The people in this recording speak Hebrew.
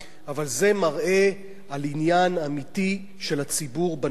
אבל זה מראה על עניין אמיתי של הציבור בנושא הזה.